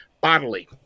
bodily